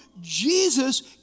Jesus